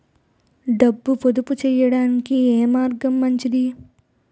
డబ్బు పొదుపు చేయటానికి ఏ మార్గం మంచిది?